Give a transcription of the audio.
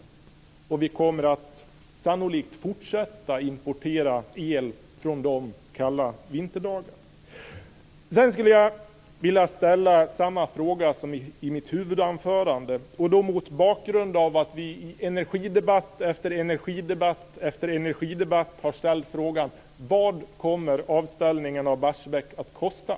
Kalla vinterdagar kommer vi sannolikt att fortsätta att importera el från dessa kärnkraftverk. Sedan vill jag ställa samma fråga som jag ställde i mitt huvudanförande, och vi har i energidebatt efter energidebatt ställt samma fråga: Vad kommer avställningen av Barsebäck att kosta?